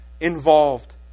involved